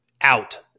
out